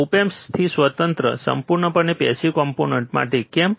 ઓપ એમ્પથી સ્વતંત્ર સંપૂર્ણપણે પેસીવ કોમ્પોનન્ટ માટે કેમ